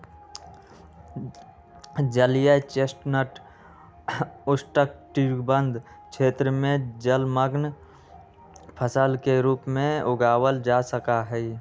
जलीय चेस्टनट उष्णकटिबंध क्षेत्र में जलमंग्न फसल के रूप में उगावल जा सका हई